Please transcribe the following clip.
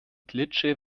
klitsche